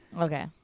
Okay